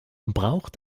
braucht